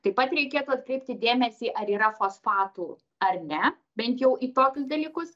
taip pat reikėtų atkreipti dėmesį ar yra fosfatų ar ne bent jau į tokius dalykus